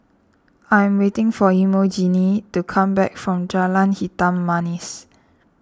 I am waiting for Emogene to come back from Jalan Hitam Manis